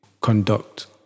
Conduct